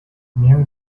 менин